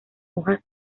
hojas